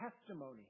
testimony